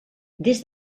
des